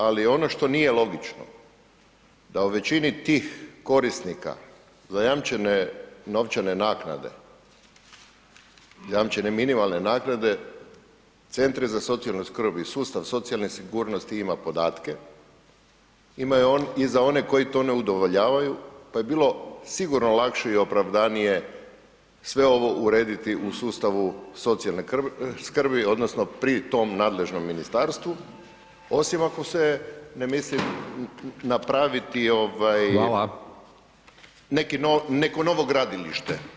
Ali ono što nije logično da u većini tih korisnika zajamčene novčane naknade, zajamčene minimalne naknade centri za socijalnu skrb i sustav socijalne sigurnosti ima podatke, imaju i za one koji to ne udovoljavaju, pa je bilo sigurno lakše i opravdanije sve ovo urediti u sustavu socijalne skrbi odnosno pri tom nadležnom ministarstvu osim ako se ne misli napraviti ovaj neki, neko novo gradilište.